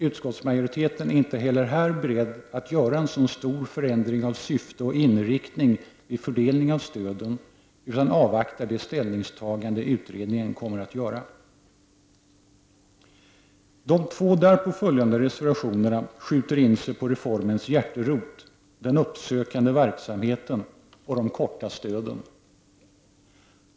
Utskottsmajoriteten är inte heller här beredd att göra en sådan stor förändring av syfte och inriktning vid fördelningen av stöden, utan avvaktar det ställningstagande utredningen kommer att göra. De två därpå följande reservationerna skjuter in sig på reformens hjärterot, den uppsökande verksamheten och de korta stöden.